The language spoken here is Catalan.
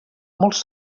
molts